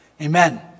Amen